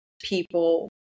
people